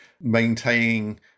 maintaining